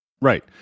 Right